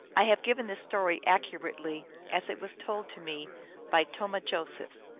i have given this story accurately as it was told to me by tomah josephs,